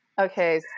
Okay